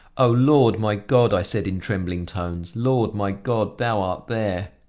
o, lord my god, i said in trembling tones, lord, my god, thou art there!